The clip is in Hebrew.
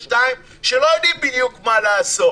שלא יודעים בדיוק מה לעשות